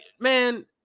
man